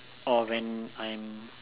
or when I'm